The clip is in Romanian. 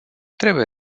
trebuie